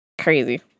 Crazy